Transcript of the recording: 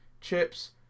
chips